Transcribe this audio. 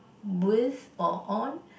with or on